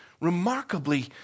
remarkably